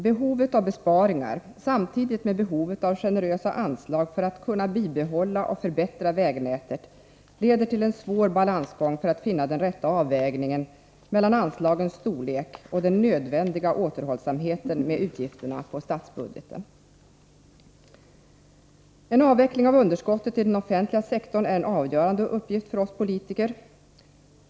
Behovet av besparingar samtidigt med behovet av generösa anslag för att kunna bibehålla och förbättra vägnätet leder till en svår balansgång för att finna den rätta avvägningen mellan anslagens storlek och den nödvändiga återhållsamheten med utgifterna på statsbudgeten. En avveckling av underskottet i den offentliga sektorn är en avgörande uppgift för oss politiker.